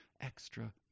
extra